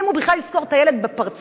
אם הוא בכלל יזכור את הילד בפרצופו,